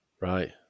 right